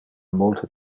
multe